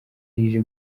rije